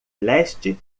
leste